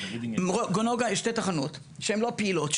בנגה יש שתי תחנות שהן לא פעילות,